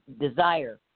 desire